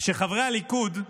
שחברי הליכוד,